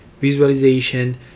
visualization